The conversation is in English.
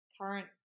current